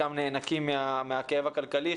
חלקם נאנקים מהכאב הכלכלי,